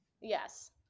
Yes